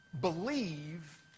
believe